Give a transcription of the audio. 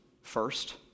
First